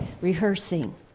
rehearsing